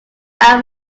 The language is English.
add